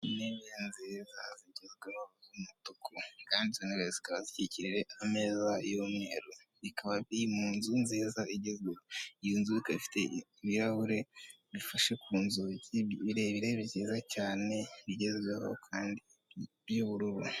Intebe nziza zigezweho z'umutuku kandi izo ntebe zikaba zikikije ameza y'umweru bikaba biri mu nzu nziza igezweho, iyo nzu ikaba ifite ibirahure bifashe ku nzugi birebire byiza cyane bigezweho kandi by'ubururu.